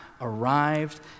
arrived